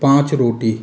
पाँच रोटी